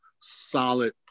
solid